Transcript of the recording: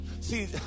See